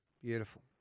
beautiful